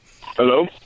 Hello